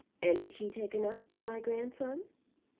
and is she taken up to my grandson?